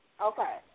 Okay